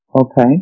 Okay